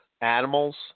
animals